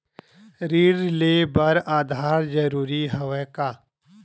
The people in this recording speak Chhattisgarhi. ऋण ले बर आधार जरूरी हवय का?